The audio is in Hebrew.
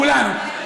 כולנו.